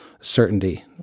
certainty